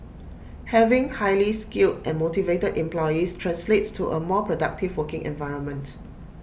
having highly skilled and motivated employees translates to A more productive working environment